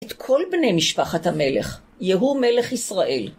את כל בני משפחת המלך יהוא מלך ישראל.